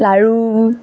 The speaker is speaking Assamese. লাৰু